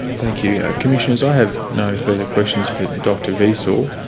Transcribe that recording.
thank you. commissioners, i have no further questions for dr wiesel.